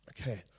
Okay